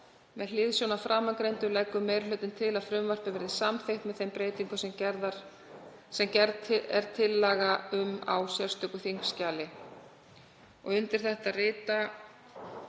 Með hliðsjón af framangreindu leggur meiri hlutinn til að frumvarpið verði samþykkt með þeim breytingum sem gerð er tillaga um á sérstöku þingskjali